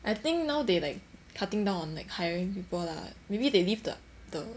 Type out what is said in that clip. I think now they like cutting down on like hiring people lah maybe they leave the the